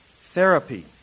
therapy